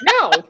No